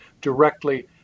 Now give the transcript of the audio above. directly